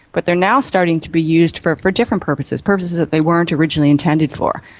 but they are now starting to be used for for different purposes, purposes that they weren't originally intended for.